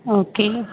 okay